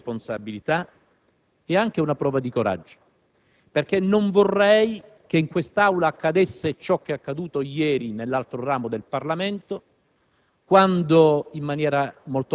una manifestazione di senso di responsabilità e anche una prova di coraggio, perché non vorrei che in quest'Aula accadesse ciò che è accaduto ieri nell'altro ramo del Parlamento,